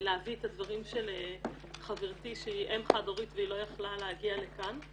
להביא את הדברים של חברתי שהיא אם חד הורית והיא לא יכלה להגיע לכאן.